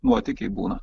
nuotykiai būna